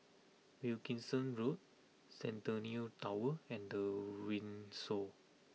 Wilkinson Road Centennial Tower and The Windsor